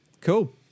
Cool